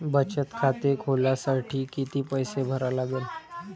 बचत खाते खोलासाठी किती पैसे भरा लागन?